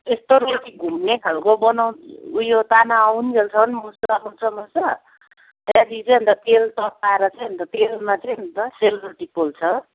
यस्तो रोटी घुम्नेखालको बनाउ उयो तामा आउञ्जेलसम्म मुस्छ मुस्छ मुस्छ त्यहाँदेखि अन्त तेल तत्ताएर तेलमा चाहिँ अन्त सेलरोटी पोल्छ